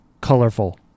colorful